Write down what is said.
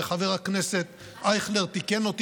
וחבר הכנסת אייכלר תיקן אותי,